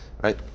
right